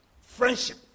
Friendship